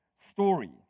story